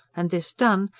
and this done,